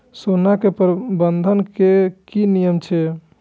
सोना के बंधन के कि नियम छै?